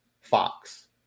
Fox